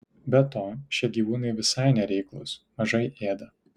be to šie gyvūnai visai nereiklūs mažai ėda